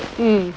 mm